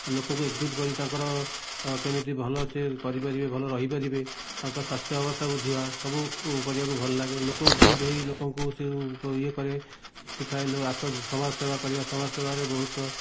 ଲୋକକୁ ଏକଜୁଟ କରି ତାଙ୍କର କେମିତି ଭଲ ସିଏ କରିପାରିବେ ଭଲ ରହିପରିବେ ତାଙ୍କ ସ୍ୱାସ୍ଥ୍ୟ ଅବସ୍ଥା ବୁଝିବା ସବୁ କରିବାକୁ ଭଲ ଲାଗେ ଲୋକ ଏକଜୁଟ ହେଇ ଲୋକଙ୍କୁ ସିଏ ଇଏ କରେ ଶିଖାଏ ଲୋକ ଆସୁ ଆଜୁ ସମାଜ ସେବା କରିବା ସମାଜ ସେବାରେ ବହୁତ